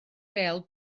bêl